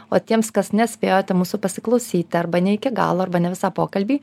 o tiems kas nespėjote mūsų pasiklausyti arba ne iki galo arba ne visą pokalbį